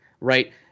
right